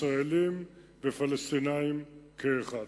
ישראלים ופלסטינים כאחד.